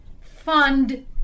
fund